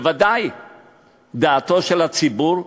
ודאי שדעתו של הציבור,